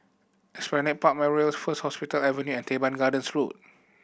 Esplanade Park Memorials First Hospital Avenue and Teban Gardens Road